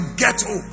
ghetto